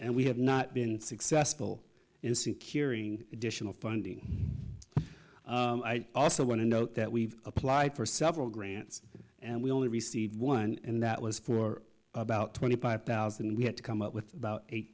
and we have not been successful in securing additional funding i also want to note that we've applied for several grants and we only received one and that was for about twenty five thousand and we had to come up with about eight